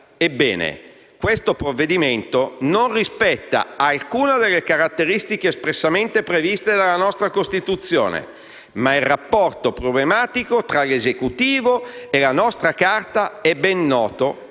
Ebbene, il provvedimento in esame non rispetta alcuna delle caratteristiche espressamente previste dalla nostra Costituzione, ma il rapporto problematico tra l'Esecutivo e la nostra Carta